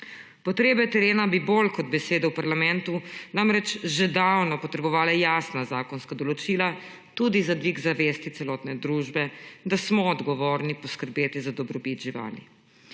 Potrebe terena bi bolj kot besedo v parlamentu namreč že davno potrebovale jasna zakonska določila, tudi za dvig zavesti celotne družbe, da smo odgovorni poskrbeti za dobrobit živali.